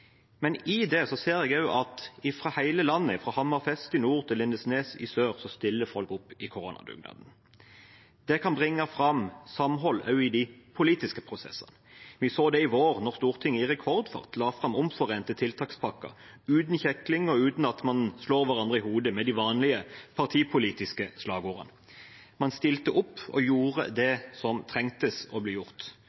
Men i det ser jeg også at i hele landet – fra Hammerfest i nord til Lindesnes i sør – stiller folk opp i koronadugnaden. Det kan bringe fram samhold også i de politiske prosessene. Vi så det i vår, da Stortinget i rekordfart la fram omforente tiltakspakker uten kjekling og uten at man slo hverandre i hodet med de vanlige partipolitiske slagordene. Man stilte opp og gjorde det